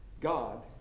God